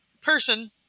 person